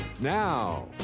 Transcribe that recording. Now